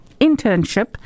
internship